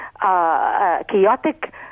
chaotic